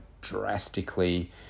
drastically